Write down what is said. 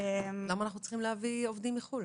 למה אנחנו צריכים להביא עובדים מחו"ל?